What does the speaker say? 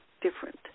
different